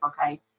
Okay